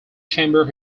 chamber